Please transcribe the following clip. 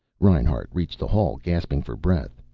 reinhart reached the hall gasping for breath.